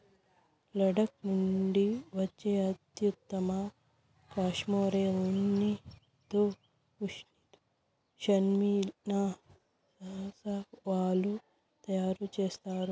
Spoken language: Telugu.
లడఖ్ నుండి వచ్చే అత్యుత్తమ కష్మెరె ఉన్నితో పష్మినా శాలువాలు తయారు చేస్తారు